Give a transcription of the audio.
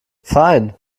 fein